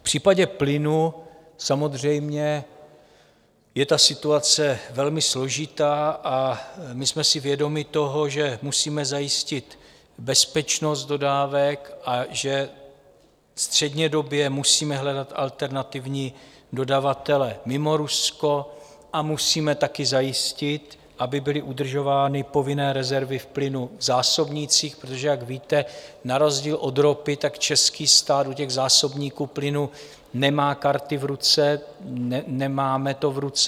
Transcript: V případě plynu samozřejmě je ta situace velmi složitá a my jsme si vědomi toho, že musíme zajistit bezpečnost dodávek, že střednědobě musíme hledat alternativní dodavatele mimo Rusko a musíme taky zajistit, aby byly udržovány povinné rezervy plynu v zásobnících, protože jak víte, na rozdíl od ropy český stát u zásobníků plynu nemá karty v ruce, nemáme to v ruce.